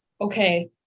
okay